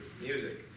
music